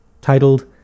titled